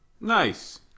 nice